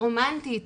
הרומנטית,